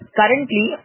currently